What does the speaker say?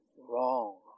wrong